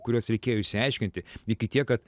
kuriuos reikėjo išsiaiškinti iki tiek kad